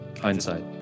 Hindsight